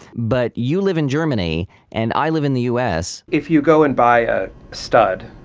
but you live in germany and i live in the us if you go and buy a stud,